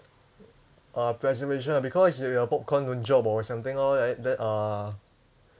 uh preservation because your popcorn won't drop or something lor like that then uh